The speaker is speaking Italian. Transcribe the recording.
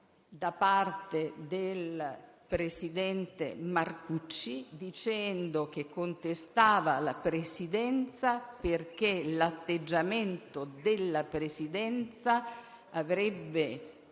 da parte del presidente Marcucci, il quale contestava la Presidenza perché l'atteggiamento della Presidenza stessa